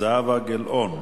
זהבה גילאון.